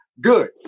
good